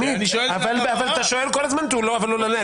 אבל אתה שואל כל הזמן, תנו לו לדבר.